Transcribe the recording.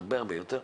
הרבה הרבה יותר,